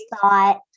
thought